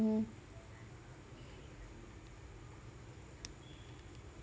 mm